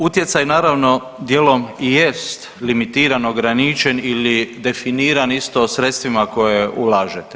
Utjecaj naravno dijelom i jest limitiran, ograničen ili definiran isto sredstvima koje ulažete.